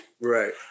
Right